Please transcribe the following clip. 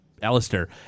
Alistair